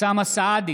אוסאמה סעדי,